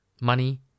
money